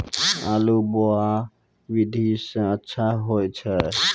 आलु बोहा विधि सै अच्छा होय छै?